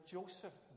Joseph